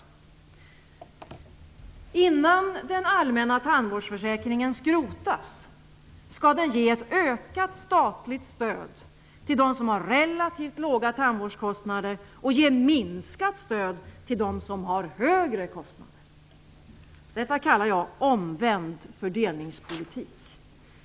Men innan den allmänna tandvårdsförsäkringen skrotas skall den ge ett ökat statligt stöd till dem som har relativt låga tandvårdskostnader och ge minskat stöd till dem som har högre kostnader. Detta kallar jag omvänd fördelningspolitik.